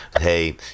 hey